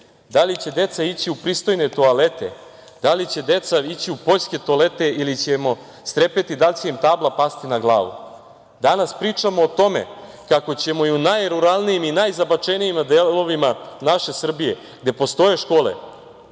da li će deca ići u pristojne toalete, da li će deca ići u poljske toalete ili ćemo strepeti da li će im tabla pasti na glavu. Danas pričamo o tome kako ćemo i u najruralnijim i najzabačenijim delovima naše Srbije gde postoje škole